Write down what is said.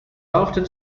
often